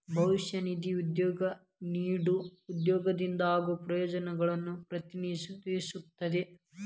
ಭವಿಷ್ಯ ನಿಧಿ ಉದ್ಯೋಗಿಗೆ ನೇಡೊ ಉದ್ಯೋಗದಿಂದ ಆಗೋ ಪ್ರಯೋಜನಗಳನ್ನು ಪ್ರತಿನಿಧಿಸುತ್ತದೆ